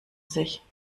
sich